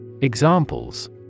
Examples